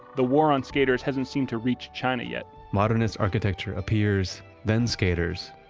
the war on skaters hasn't seemed to reach china yet. modernist architecture appears, then skaters,